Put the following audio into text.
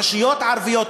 רשויות ערביות,